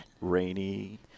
rainy